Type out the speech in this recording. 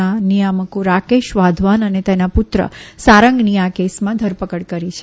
ના નિયામકો રાકેશ વાધવાન અને તેના પુત્ર સારંગની આ કેસમાં ધરપકડ કરી હતી